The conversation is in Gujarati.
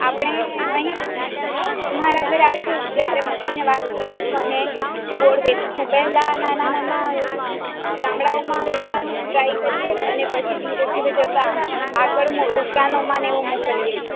આપણે અહીં મારા ઘરે આવી જજો ત્યારે મળીને વાત કરીશું અને ગોળ વેચશું પહેલા નાના નાના ગામડાઓમાં વેચવાનું ટ્રાય કરીએ અને પછી ધીરે ધીરે જતાં આગળ દુકાનોમાં એવું મોકલીએ